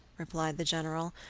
replied the general.